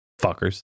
Fuckers